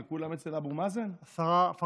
מה, כולם אצל אבו מאזן?